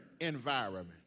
environment